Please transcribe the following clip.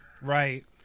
right